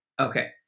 Okay